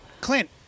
Clint